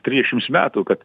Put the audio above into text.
trisdešims metų kad